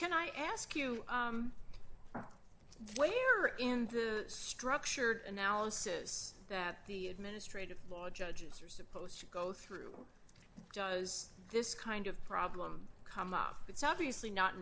where you are in the structured analysis that the administrative law judges are supposed to go through does this kind of problem come up it's obviously not